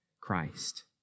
Christ